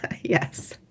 Yes